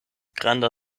granda